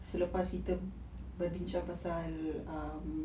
selepas kita berbincang pasal um